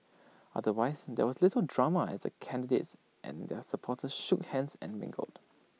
otherwise there was little drama as the candidates and their supporters shook hands and mingled